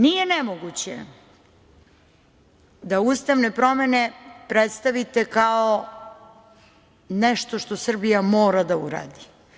Nije nemoguće da ustavne promene predstavite kao nešto što Srbija mora da uradi.